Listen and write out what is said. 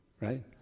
Right